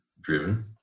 driven